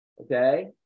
Okay